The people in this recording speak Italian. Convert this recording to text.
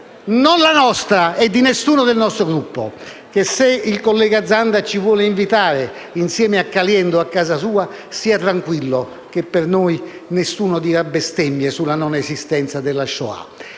non la nostra e di nessuno del nostro Gruppo e se il collega Zanda ci volesse invitare, insieme a Caliendo, a casa sua, stia tranquillo che nessuno di noi dirà bestemmie sulla non esistenza della Shoah.